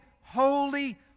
holy